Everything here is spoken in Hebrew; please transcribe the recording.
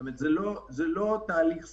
כי כרגע זה לא תהליך סביר.